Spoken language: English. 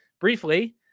briefly